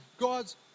God's